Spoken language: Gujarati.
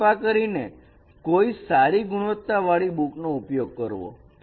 તો કૃપા કરીને કોઈ સારી ગુણવત્તા વાળી બુક નો ઉપયોગ કરવો